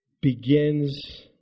begins